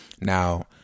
Now